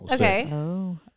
Okay